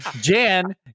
Jan